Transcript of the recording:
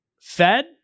fed